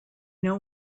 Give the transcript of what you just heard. know